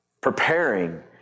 preparing